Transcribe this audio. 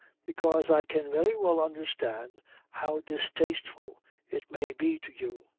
because i can very well understand how distasteful it may be to you.